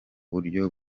buryo